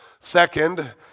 Second